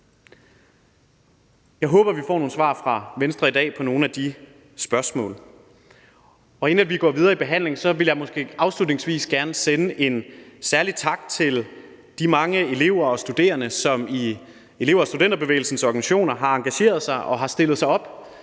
Jeg håber, vi får nogle svar fra Venstre i dag på nogle af de spørgsmål. Inden vi går videre i behandlingen, vil jeg afslutningsvis gerne sende en særlig tak til de mange elever og studerende, som i elev- og studenterbevægelsens organisationer har engageret sig og har stillet sig op